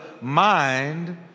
mind